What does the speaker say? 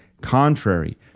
contrary